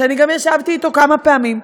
שאני גם ישבתי אתו כמה פעמים,